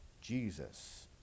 Jesus